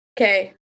okay